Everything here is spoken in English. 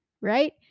right